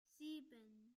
sieben